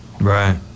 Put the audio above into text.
Right